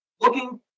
looking